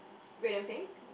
red and pink